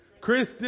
Chris